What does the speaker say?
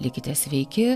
likite sveiki